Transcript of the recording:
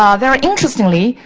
um very interestingly,